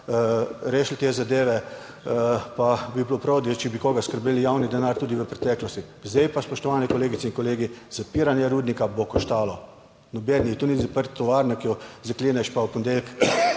rešili te zadeve, pa bi bilo prav, da če bi koga skrbel javni denar tudi v preteklosti. Zdaj pa, spoštovane kolegice in kolegi, zapiranje rudnika bo koštalo. Noben ni, to ni zaprtje tovarne, ki jo zakleneš, pa v ponedeljek